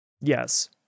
yes